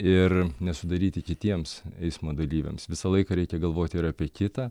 ir nesudaryti kitiems eismo dalyviams visą laiką reikia galvoti ir apie kitą